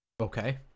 Okay